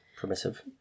permissive